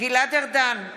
גלעד ארדן,